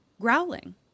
growling